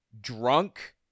drunk